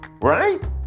right